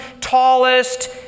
tallest